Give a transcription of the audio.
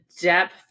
depth